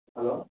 hello